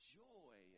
joy